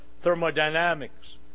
thermodynamics